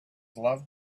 loved